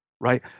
right